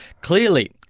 clearly